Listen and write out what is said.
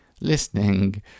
listening